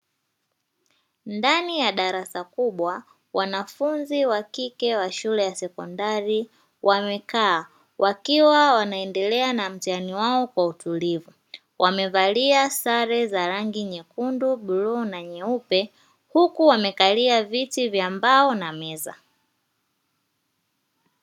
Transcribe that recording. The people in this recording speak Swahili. Ndani ya darasa kubwa wanafunzi wa kike wa shule ya sekondari wamekaa wakiwa wanaendelea na mtihani wao kwa utulivu wamevalia sare za rangi nyekundu, bluu na nyeupe huku wamekalia viti vya mbao na meza.